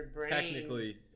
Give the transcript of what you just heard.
technically